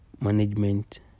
management